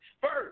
first